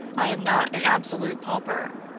i am not an absolute pauper.